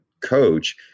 coach